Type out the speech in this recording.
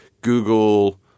google